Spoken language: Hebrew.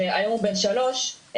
שהיום הוא בן שלוש,